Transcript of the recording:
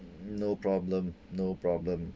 no problem no problem